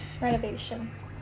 Renovation